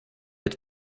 ett